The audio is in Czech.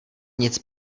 nic